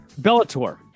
Bellator